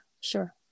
sure